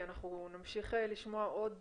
נמשיך לשמוע עוד